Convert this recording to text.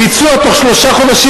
ביצוע בתוך שלושה חודשים,